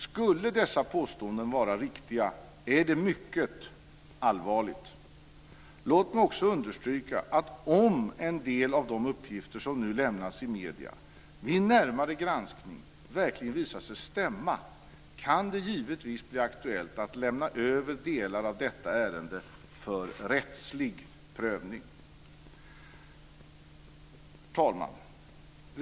Skulle dessa påståenden vara riktiga är det mycket allvarligt. Låt mig också understryka att om en del av de uppgifter som nu lämnats i medierna vid en närmare granskning verkligen visar sig stämma kan det givetvis bli aktuellt att lämna över delar av detta ärende för rättslig prövning. Herr talman!